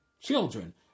children